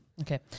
Okay